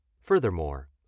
Furthermore